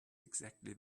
exactly